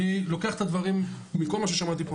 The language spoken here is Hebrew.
אני לוקח את הדברים מכל מה ששמעתי פה.